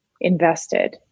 invested